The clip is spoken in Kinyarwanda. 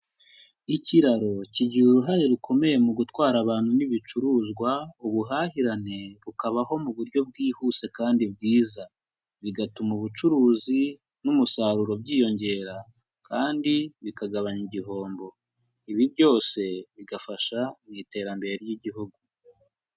Ikiraro kigira uruhare rukomeye mu gutwara abantu n'ibicuruzwa, ubuhahirane bukabaho mu buryo bwihuse kandi bwiza, bigatuma ubucuruzi n'umusaruro byiyongera kandi bikagabanya igihombo. Ibi byose bigafasha mu iterambere ry'Igihugu.